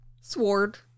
Sword